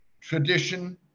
tradition